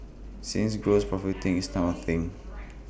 since gross profiteering is now A thing